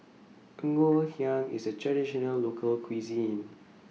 Ngoh Hiang IS A Traditional Local Cuisine